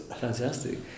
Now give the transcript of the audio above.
Fantastic